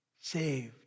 Saved